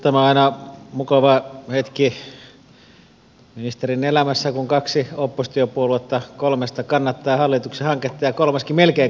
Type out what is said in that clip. tämä on aina mukava hetki ministerin elämässä kun kaksi oppositiopuoluetta kolmesta kannattaa hallituksen hanketta ja kolmaskin melkein kannattaa